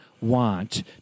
want